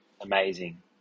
Amazing